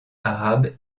arabes